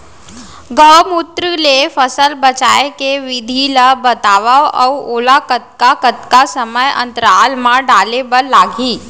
गौमूत्र ले फसल बचाए के विधि ला बतावव अऊ ओला कतका कतका समय अंतराल मा डाले बर लागही?